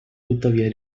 tuttavia